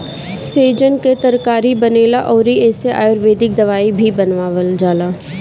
सैजन कअ तरकारी बनेला अउरी एसे आयुर्वेदिक दवाई भी बनावल जाला